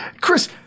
Chris